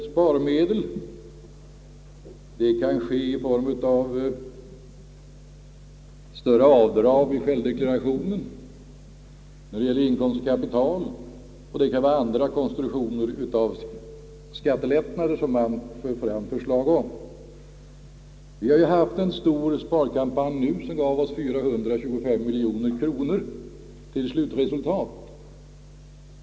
Skattelättnad kan lämnas i form av större avdrag i självdeklarationen för inkomst av kapital, och det kan vara andra konstruktioner av skattelättnader som man föreslår. Vi har ju haft en stor sparkampanj som gav oss 425 miljoner kronor som slutresultat.